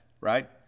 right